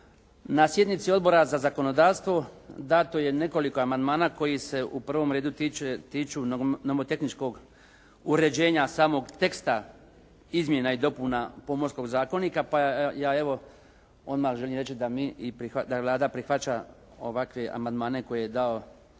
Na sjednici Odbora za zakonodavstvo dato je nekoliko amandmana koji se u prvom redu tiču nomotehničkog uređenja samog teksta Izmjena i dopuna Pomorskog zakonika pa ja evo odmah želim reći da Vlada prihvaća ovakve amandmane koje je dao